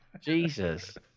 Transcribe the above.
Jesus